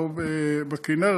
לא בכינרת,